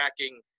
tracking